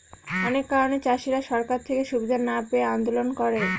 অনেক কারণে চাষীরা সরকার থেকে সুবিধা না পেয়ে আন্দোলন করে